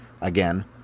again